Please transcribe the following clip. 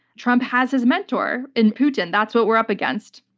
trump has his mentor in putin. that's what we're up against.